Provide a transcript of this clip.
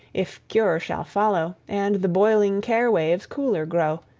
if cure shall follow, and the boiling care-waves cooler grow